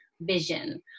vision